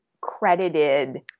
credited